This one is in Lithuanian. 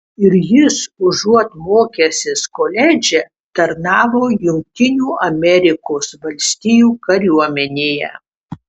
ir jis užuot mokęsis koledže tarnavo jungtinių amerikos valstijų kariuomenėje